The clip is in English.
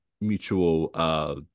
mutual